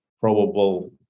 probable